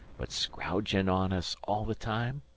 but scrowgin' on us all the time?